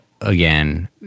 again